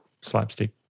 slapstick